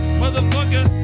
motherfucker